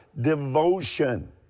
devotion